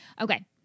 Okay